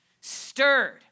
stirred